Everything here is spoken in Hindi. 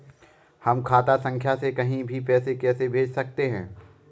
हम खाता संख्या से कहीं भी पैसे कैसे भेज सकते हैं?